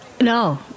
No